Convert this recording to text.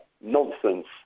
nonsense